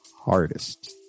hardest